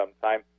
sometime